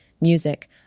Music